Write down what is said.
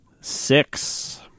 Six